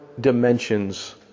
dimensions